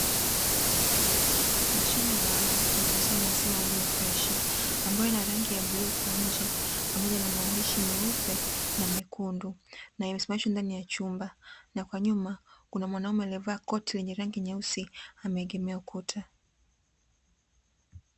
Mashine maalumu ya kuuzia maziwa yaliyofreshi ambayo ina rangi ya bluu kwa nje pamoja na maandishi meupe na mekundu, na imesimamishwa ndani ya chumba, na kwa nyuma kuna mwanaume aliyevaa koti la rangi nyeusi ameegemea ukuta.